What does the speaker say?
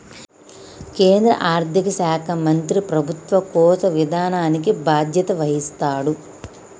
కేంద్ర ఆర్థిక శాఖ మంత్రి ప్రభుత్వ కోశ విధానానికి బాధ్యత వహిస్తాడు